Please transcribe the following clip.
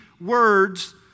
words